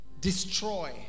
destroy